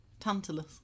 Tantalus